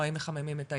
או האם מחממים את הילדים.